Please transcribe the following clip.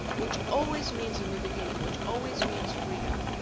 which always means a new beginning, which always means freedom.